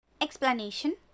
Explanation